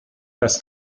las